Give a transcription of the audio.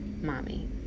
mommy